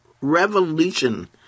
Revolution